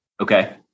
okay